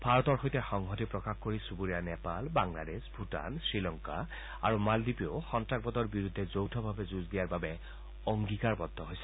ভাৰতৰ সৈতে সংহতি প্ৰকাশ কৰি চুবুৰীয়া নেপাল বাংলাদেশ ভূটান শ্ৰীলংকা আৰু মালদ্বীপেও সন্তাসবাদৰ বিৰুদ্ধে যৌথভাৱে যুঁজ দিয়াৰ বাবে অংগীকাৰ বদ্ধ হৈছে